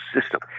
system